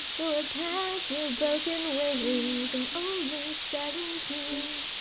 will it patch your broken wings? i'm only seventeen,